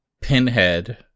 Pinhead